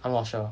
I'm not sure